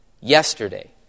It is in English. yesterday